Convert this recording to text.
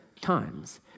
times